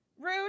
rude